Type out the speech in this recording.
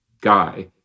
guy